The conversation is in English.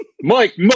Mike